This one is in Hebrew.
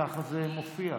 הצביעו.